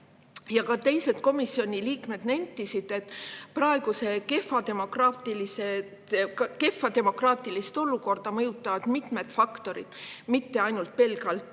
Ka teised komisjoni liikmed nentisid, et praegust kehva demograafilist olukorda mõjutavad mitmed faktorid, mitte ainult pelgalt